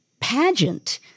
pageant